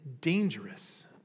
dangerous